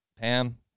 Pam